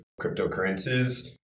cryptocurrencies